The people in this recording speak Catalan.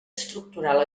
estructural